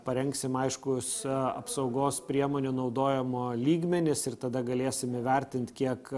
parengsim aiškus apsaugos priemonių naudojimo lygmenis ir tada galėsim įvertint kiek